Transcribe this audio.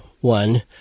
one